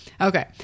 Okay